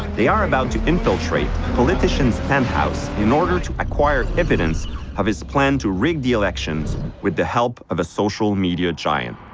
they are about to infiltrate the politican's penthouse in order to acquire evidence of his plan to rig the elections with the help of a social media giant.